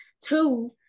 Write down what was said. Two